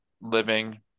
living